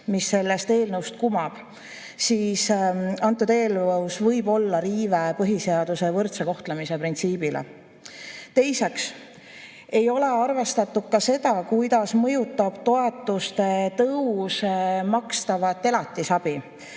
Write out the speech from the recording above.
mis sellest eelnõust kumab, võib eelnõus olla põhiseaduse ja võrdse kohtlemise printsiibi riive. Teiseks ei ole arvestatud ka seda, kuidas mõjutab toetuste tõus makstavat elatisabi.